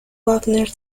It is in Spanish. wagner